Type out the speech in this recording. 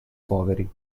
poveri